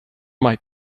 might